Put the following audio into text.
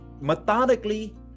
methodically